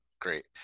great